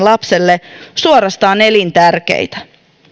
lapselle suorastaan elintärkeitä